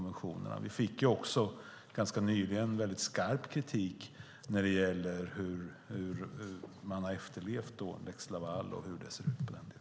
Vi fick ganska nyligen skarp kritik när det gäller hur man har efterlevt lex Laval och hur det ser ut i den delen.